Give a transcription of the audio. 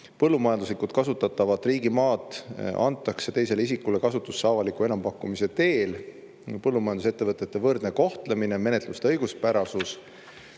Põllumajanduslikult kasutatavat riigimaad antakse teisele isikule kasutusse avaliku enampakkumise teel. Põllumajandusettevõtete võrdne kohtlemine, menetluste õiguspärasus.